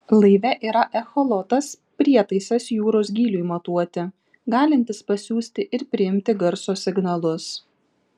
laive yra echolotas prietaisas jūros gyliui matuoti galintis pasiųsti ir priimti garso signalus